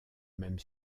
même